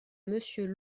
monsieur